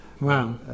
wow